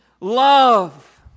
love